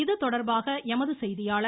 இது தொடர்பாக எமது செய்தியாளர்